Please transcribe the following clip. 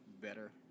better